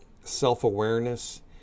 self-awareness